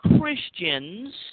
Christians